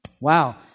Wow